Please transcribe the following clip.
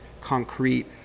concrete